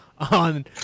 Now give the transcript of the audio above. on